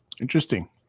Interesting